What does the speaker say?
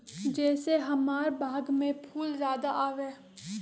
जे से हमार बाग में फुल ज्यादा आवे?